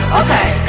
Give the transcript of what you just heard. okay